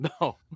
No